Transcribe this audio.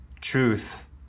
truth